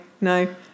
no